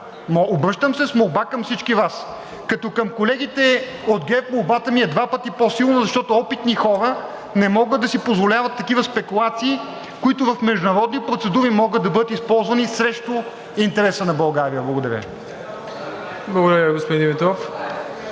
Обръщам се с молба към всички Вас, като към колегите от ГЕРБ молбата ми е два пъти по-силна, защото опитни хора не могат да си позволяват такива спекулации, които в международни процедури могат да бъдат използвани срещу интереса на България. Благодаря Ви.